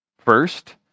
First